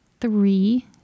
three